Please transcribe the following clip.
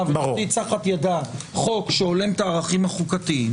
ותוציא תחת ידה חוק שהולם את הערכים החוקתיים.